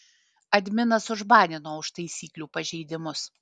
adminas užbanino už taisyklių pažeidimus